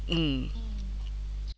mm